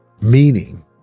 Meaning